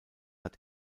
hat